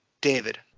David